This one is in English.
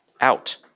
out